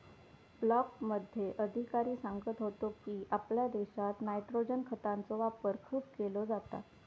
ब्लॉकमध्ये अधिकारी सांगत होतो की, आपल्या देशात नायट्रोजन खतांचो वापर खूप केलो जाता